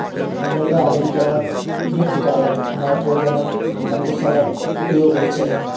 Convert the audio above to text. मृदा अम्लीकरणक मुख्य कारण नाइट्रोजनक अकुशल उपयोग होइ छै